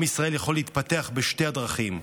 עם ישראל יכול להתפתח בשתי הדרכים: